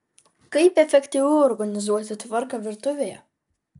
kaip efektyviau organizuoti tvarką virtuvėje